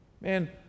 man